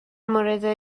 مورد